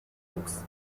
books